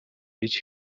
гэж